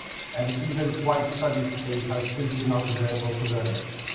and even quiet study space are simply not available to learners.